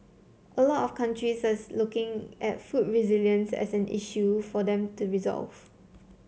a lot of countries looking at food resilience as an issue for them to resolve